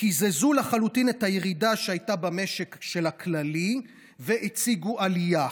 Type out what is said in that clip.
קיזזו לחלוטין את הירידה שהייתה במשק של הכללי והציגו עלייה.